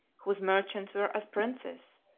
whose merchants were as princes,